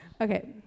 Okay